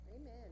Amen